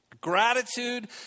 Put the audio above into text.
Gratitude